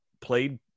played